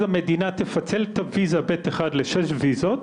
המדינה תפצל את הוויזה לבעת אחת לשש ויזות,